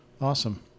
Awesome